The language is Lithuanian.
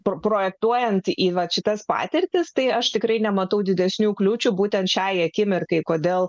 projektuojant į vat šitas patirtis tai aš tikrai nematau didesnių kliūčių būtent šiai akimirkai kodėl